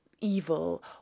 evil